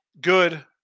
good